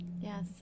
Yes